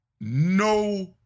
No